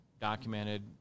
documented